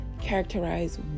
characterize